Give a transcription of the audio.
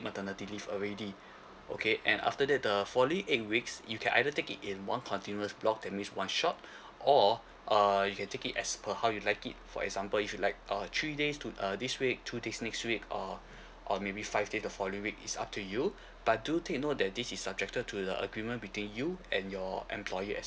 maternity leave already okay and after that the following eight weeks you can either take it in one continuous block that means one shot or uh you can take it as per how you like it for example if you like uh three days to uh this week to this next week uh or maybe five day the following week is up to you but do take note that this is subjected to the agreement between you and your employer as